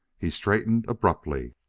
he straightened abruptly.